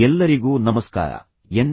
ಎಲ್ಲರಿಗೂ ನಮಸ್ಕಾರ ಎನ್